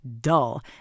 dull